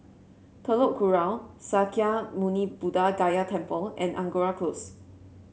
Telok Kurau Sakya Muni Buddha Gaya Temple and Angora Close